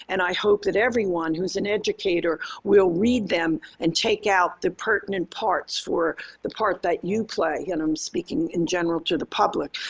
and i hope that everyone who's an educator will read them and take out the pertinent parts or the part that you play. and i'm speaking in general to the public.